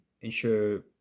ensure